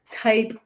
type